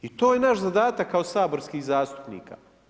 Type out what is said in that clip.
I to je naš zadatak kao saborskih zastupnika.